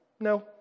no